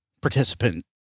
participant